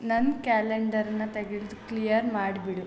ನನ್ನ ಕ್ಯಾಲೆಂಡರ್ನ ತೆಗೆದು ಕ್ಲಿಯರ್ ಮಾಡಿಬಿಡು